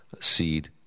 seed